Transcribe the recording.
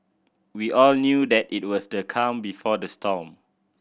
we all knew that it was the calm before the storm